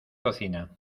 cocina